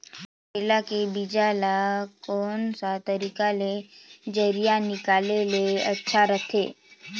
करेला के बीजा ला कोन सा तरीका ले जरिया निकाले ले अच्छा रथे?